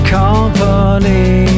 company